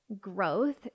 growth